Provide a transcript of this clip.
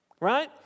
Right